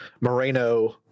Moreno